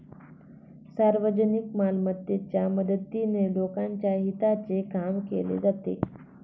सार्वजनिक मालमत्तेच्या मदतीने लोकांच्या हिताचे काम केले जाते